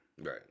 Right